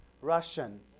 Russian